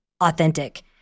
authentic